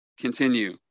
Continue